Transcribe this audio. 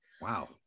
Wow